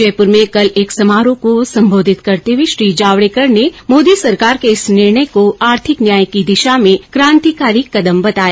जयपुर में कल एक समारोह को सम्बोधित करते हुए श्री जावडेकर ने मोदी सरकार के इस निर्णय को आर्थिक न्याय की दिशा में क्रांतिकारी कदम बताया